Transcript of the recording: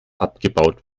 abgebaut